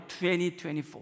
2024